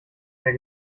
mehr